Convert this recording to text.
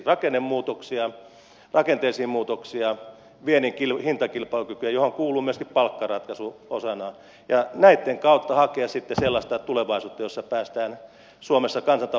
rakennemuutoksia rakenteellisia muutoksia viennin hintakilpailukykyä johon kuuluu myöskin palkkaratkaisu osana ja näitten kautta pitää hakea sitten sellaista tulevaisuutta jossa päästään suomen kansantaloutta kasvattamaan uutta työllisyyttä luomaan